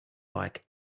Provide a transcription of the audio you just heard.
bike